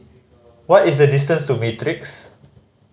what is the distance to Matrix